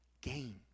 gain